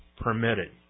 permitted